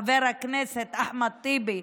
חבר הכנסת אחמד טיבי.